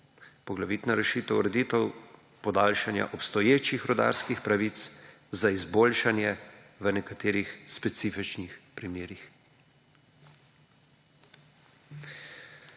poglavitna rešitev, ureditev podaljšanja obstoječih rudarskih pravic za izboljšanje v nekaterih specifičnih primerih.